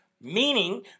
Meaning